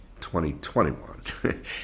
2021